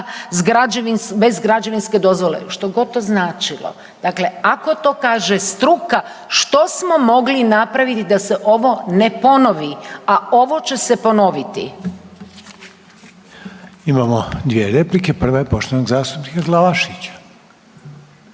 bez građevinske dozvole, što god to značilo. Dakle, ako to kaže struka, što smo mogli napraviti da se ovo ne ponovi a ovo će se ponoviti. **Reiner, Željko (HDZ)** Imamo dvije replike, prva je poštovanog zastupnika Glavaševića.